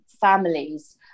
families